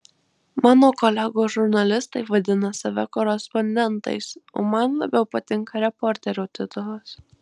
mano kolegos žurnalistai vadina save korespondentais o man labiau patinka reporterio titulas